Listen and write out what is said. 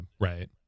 right